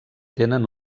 tenen